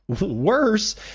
Worse